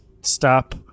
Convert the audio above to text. stop